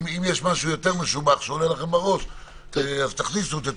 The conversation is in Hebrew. אם יש משהו יותר משובח שעולה לכם בראש תכניסו אותו,